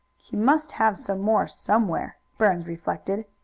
he must have some more somewhere, burns reflected.